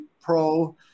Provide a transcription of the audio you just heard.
Pro